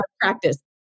practice